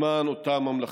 למען אותה ממלכתיות,